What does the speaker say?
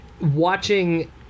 watching